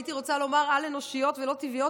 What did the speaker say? הייתי רוצה לומר על-אנושיות ולא טבעיות,